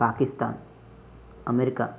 Pakistan America